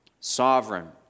Sovereign